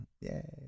yay